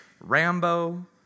Rambo